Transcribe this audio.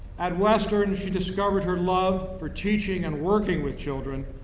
at western, she discovered her love for teaching and working with children,